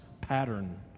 pattern